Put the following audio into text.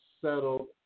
settled